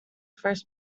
first